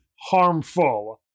harmful